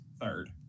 third